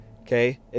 okay